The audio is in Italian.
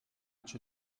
c’è